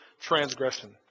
transgression